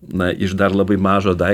na iš dar labai mažo daikto